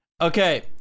Okay